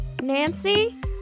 nancy